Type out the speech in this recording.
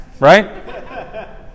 Right